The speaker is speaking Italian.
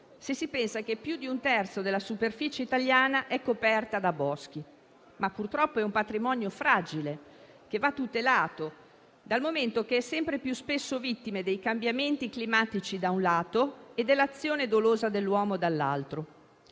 se si pensa che più di un terzo della superficie italiana è coperta da boschi. Purtroppo, però, è un patrimonio fragile, che va tutelato, dal momento che è sempre più spesso vittima dei cambiamenti climatici, da un lato, e dell'azione dolosa dell'uomo, dall'altro.